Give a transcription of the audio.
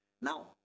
Now